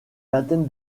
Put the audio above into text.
vingtaine